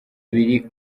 ibiri